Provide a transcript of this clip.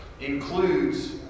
includes